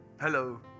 hello